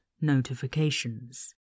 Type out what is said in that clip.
notifications